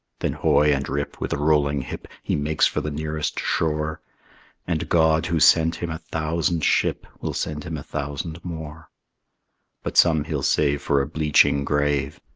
then hoy and rip, with a rolling hip, he makes for the nearest shore and god, who sent him a thousand ship, will send him a thousand more but some he'll save for a bleaching grave,